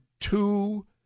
two